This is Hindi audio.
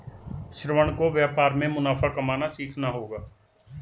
श्रवण को व्यापार में मुनाफा कमाना सीखना होगा